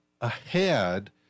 ahead